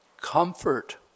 Comfort